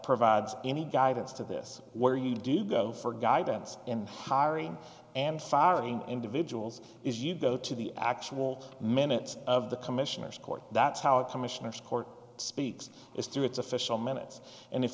provides any guidance to this where you do go for guidance and hiring and firing individuals if you go to the actual minutes of the commissioner's court that's how it commissioner's court speaks is through its official minutes and if